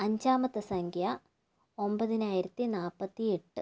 അഞ്ചാമത്തെ സംഖ്യ ഒമ്പതിനായിരത്തി നാല്പത്തി എട്ട്